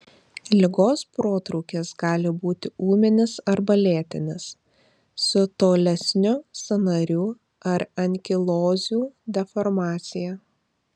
ligos protrūkis gali būti ūminis arba lėtinis su tolesniu sąnarių ar ankilozių deformacija